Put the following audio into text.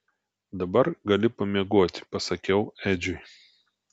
dabar gali pamiegoti pasakiau edžiui